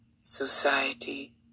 society